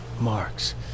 marks